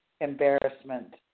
embarrassment